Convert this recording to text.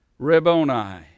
Reboni